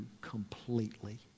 completely